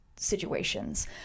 situations